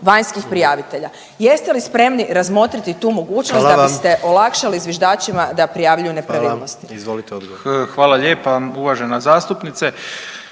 vanjskih prijavitelja. Jeste li spremni razmotriti tu mogućnost da biste olakšali zviždačima da prijavljuju nepravilnosti? **Jandroković, Gordan